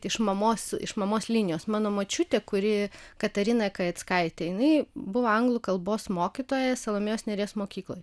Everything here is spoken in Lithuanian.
iš mamos iš mamos linijos mano močiutė kuri katarina kajackaitė jinai buvo anglų kalbos mokytoja salomėjos nėries mokykloje